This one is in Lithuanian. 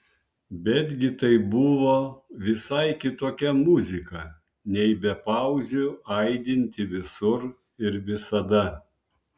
betgi tai buvo visai kitokia muzika nei be pauzių aidinti visur ir visada